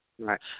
Right